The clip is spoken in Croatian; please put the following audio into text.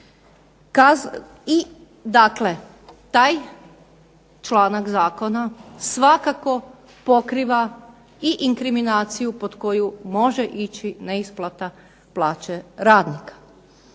I dakle, taj članak zakona svakako pokriva i inkriminaciju pod koju može ići neisplata plaće radnika.